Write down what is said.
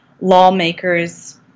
lawmakers